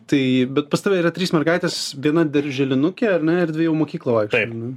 tai bet pas tave yra trys mergaitės viena darželinukė ar ne ir dvi jau į mokyklą vaikšto ar ne